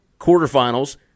quarterfinals